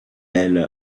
elle